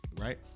Right